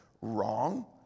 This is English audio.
wrong